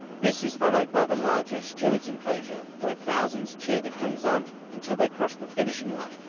this is followed by the larger stewards' enclosure, where thousands cheer the crews on until they cross the finishing line,